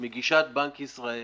מגישת בנק ישראל